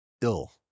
ill